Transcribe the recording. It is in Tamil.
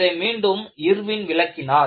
இதை மீண்டும் இர்வின் விளக்கினார்